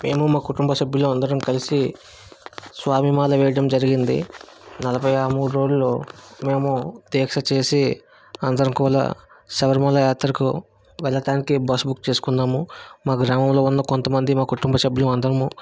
మేము మాకుటుంబసభ్యులం అందరం కలిసి స్వామి మాలా వేయడం జరిగింది నలభైయా మూడురోజులు మేము దీక్షచేసి అందరం కూడా శబరిమల యాత్రకు వెళ్ళటానికి బస్సు బుక్ చేసుకున్నాము మాగ్రామంలో ఉన్న కొంతమంది మా కుటుంబ సభ్యులం అందరము